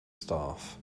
staff